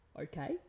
okay